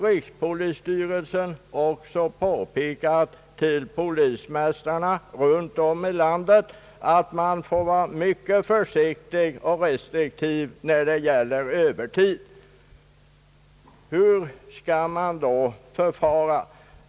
Rikspolisstyrelsen har också påpekat för polismästarna runtom i landet att de måste vara mycket försiktiga och restriktiva när det gäller övertid. Hur skall man då förfara?